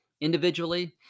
Individually